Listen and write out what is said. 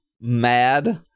mad